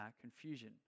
confusion